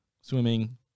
swimming